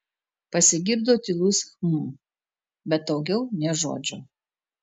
pasigirdo tylus hm bet daugiau nė žodžio